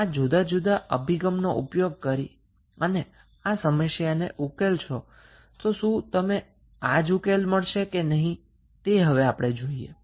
હવે જો જુદા જુદા અભિગમનો ઉપયોગ કરીને તમે આ સમસ્યાને ઉકેલશો તો શું તમને સમાન સોલ્યુશન મળશે કે નહી તે હવે આપણે જોઈએ